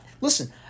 Listen